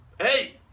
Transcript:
hey